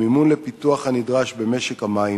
המימון לפיתוח הנדרש במשק המים,